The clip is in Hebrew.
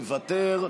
מוותר,